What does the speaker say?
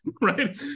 Right